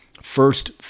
first